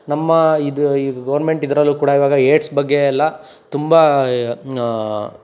ನಮ್ಮ ಇದು ಈ ಗೌರ್ಮೆಂಟ್ ಇದ್ರಲ್ಲು ಕೂಡ ಇವಾಗ ಏಡ್ಸ್ ಬಗ್ಗೆ ಎಲ್ಲ ತುಂಬ